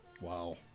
Wow